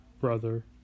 brother